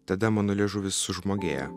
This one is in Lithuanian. tada mano liežuvis sužmogėja